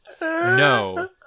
no